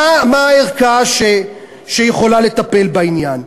מה הערכאה שיכולה לטפל בעניין.